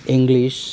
English